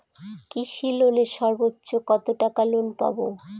কৃষি লোনে সর্বোচ্চ কত টাকা লোন পাবো?